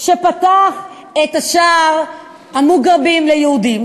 שפתח את שער המוגרבים ליהודים.